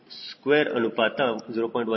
8 square ಅನುಪಾತ 0